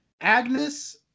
Agnes